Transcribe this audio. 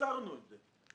ועצרנו את זה.